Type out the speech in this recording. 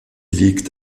liegt